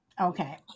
Okay